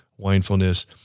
winefulness